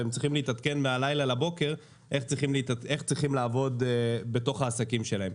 והם צריכים להתעדכן מהלילה לבוקר איך צריכים לעבוד בעסקים שלהם.